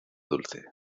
dulce